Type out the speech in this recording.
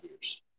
years